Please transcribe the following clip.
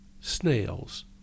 snails